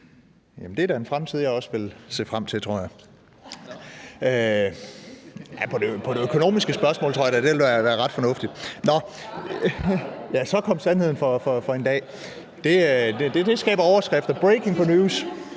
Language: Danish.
det er da en fremtid, jeg også vil se frem til, tror jeg. Ja, i forhold til det økonomiske spørgsmål tror jeg da at det ville være ret fornuftigt. Så kom sandheden for en dag. Det skaber overskrifter, breaking news.